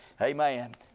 Amen